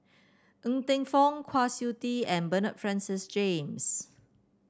Ng Teng Fong Kwa Siew Tee and Bernard Francis James